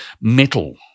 metal